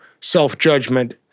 self-judgment